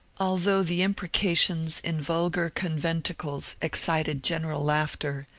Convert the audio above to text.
although the imprecations in vulgar conventicles excited gen eral laughter,